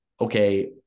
okay